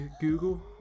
google